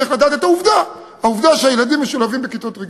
צריך לדעת את העובדה העובדה שהילדים משולבים בכיתות רגילות.